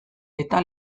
eta